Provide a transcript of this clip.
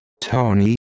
Tony